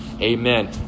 Amen